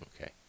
okay